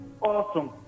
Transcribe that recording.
Awesome